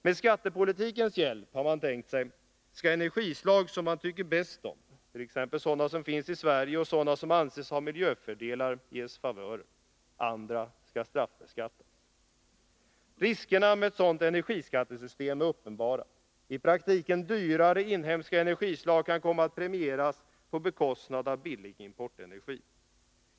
Med skattepolitikens hjälp, har man tänkt sig, skall energislag som man tycker bäst om, t.ex. sådana som finns i Sverige och sådana som anses ha miljöfördelar, ges favörer. Andra skall straffbeskattas. Riskerna med ett sådant energiskattesystem är uppenbara. I praktiken dyrare inhemska energislag kan komma att premieras på bekostnad av billig importenergi.